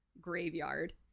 graveyard